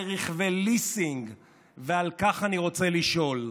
גבה, היה אומר: לא יכול להיות,